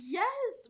yes